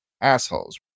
assholes